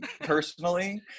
personally